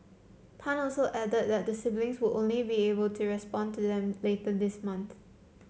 tan also added that the siblings would only be able to respond to them later this month